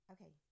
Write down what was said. Okay